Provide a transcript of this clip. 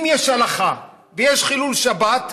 אם יש הלכה ויש חילול שבת,